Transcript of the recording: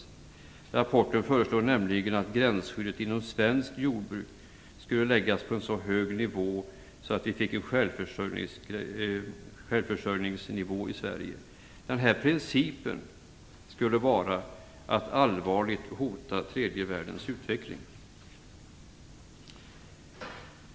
I rapporten föreslås nämligen att gränsskyddet inom svenskt jordbruk läggs på en sådan hög nivå att självförsörjning uppnås. Den här principen skulle innebära ett allvarligt hot mot tredje världens utveckling.